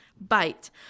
bite